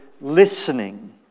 listening